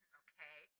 okay